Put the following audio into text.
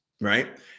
right